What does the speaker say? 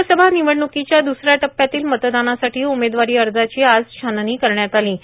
लोकसभा निवडणुकांच्या द्सऱ्या टप्प्यातील मतदानासाठीं उमेदवारीं अजाची आज छाननी करण्यात आलो